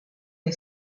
nei